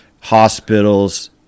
hospitals